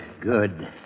good